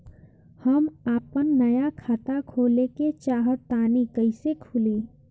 हम आपन नया खाता खोले के चाह तानि कइसे खुलि?